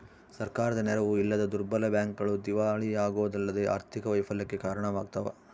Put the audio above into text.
ಸರ್ಕಾರದ ನೆರವು ಇಲ್ಲದ ದುರ್ಬಲ ಬ್ಯಾಂಕ್ಗಳು ದಿವಾಳಿಯಾಗೋದಲ್ಲದೆ ಆರ್ಥಿಕ ವೈಫಲ್ಯಕ್ಕೆ ಕಾರಣವಾಗ್ತವ